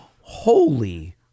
Holy